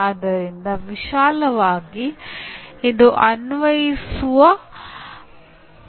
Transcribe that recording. ನಂತರ ಬಂದಿದ್ದು ಸಾಮಾಜಿಕ ರಚನಾತ್ಮಗಳು ಮೂಲಕ ತಮ್ಮ ಸಂಪೂರ್ಣ ಶಾಲಾ ಕಲಿಕೆಯನ್ನು ಕಟ್ಟುನಿಟ್ಟಾಗಿ ಅನುಸರಿಸುತ್ತವೆ